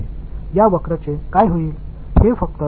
எனவே இது இப்படி கிடைக்கும்